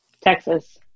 Texas